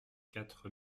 quatre